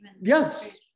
Yes